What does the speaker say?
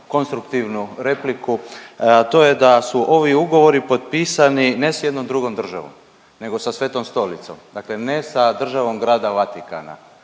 konstruktivnu repliku, a to je da su ovi ugovori potpisani ne s jednom drugom državom nego sa Svetom Stolicom, dakle ne sa Državom Grada Vatikana,